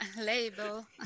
label